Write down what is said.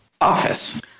office